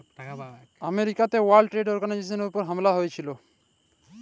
আমেরিকাতে world trade অর্গালাইজেশলের উপর হামলা হঁয়েছিল